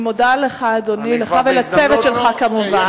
אני מודה לך, אדוני, לך ולצוות שלך, כמובן.